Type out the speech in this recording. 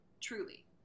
Truly